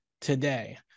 today